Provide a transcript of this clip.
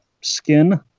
skin